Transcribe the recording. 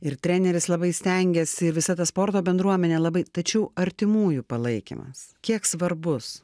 ir treneris labai stengiasi visa ta sporto bendruomenė labai tačiau artimųjų palaikymas kiek svarbus